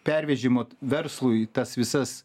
pervežimo verslui tas visas